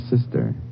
sister